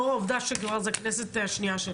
לאור העובדה שכבר זה הכנסת השנייה שלי.